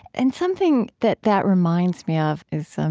and something that that reminds me of is,